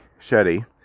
Shetty